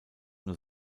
nur